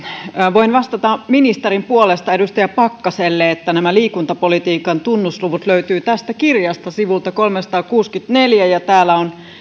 voin vastata ministerin puolesta edustaja pakkaselle että nämä liikuntapolitiikan tunnusluvut löytyvät tästä kirjasta sivulta kolmesataakuusikymmentäneljä ja täällä on